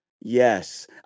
Yes